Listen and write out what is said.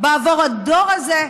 היום בעבור הדור הזה,